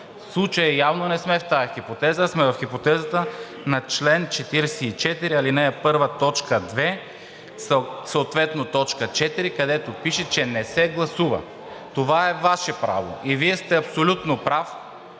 В случая явно не сме в тази хипотеза, а сме в хипотезата на чл. 44, ал. 1, т. 2, съответно т. 4, където пише, че не се гласува. Това е Ваше право и Вие сте абсолютно прав,